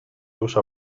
usa